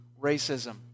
racism